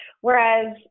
whereas